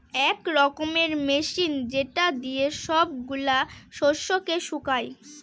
এক রকমের মেশিন যেটা দিয়ে সব গুলা শস্যকে শুকায়